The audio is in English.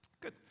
Good